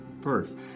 birth